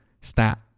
stat